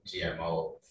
GMO